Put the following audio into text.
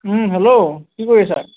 ওম hello কি কৰিছা